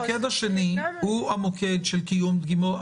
המוקד השני הוא המוקד של קיום דגימות,